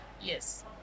yes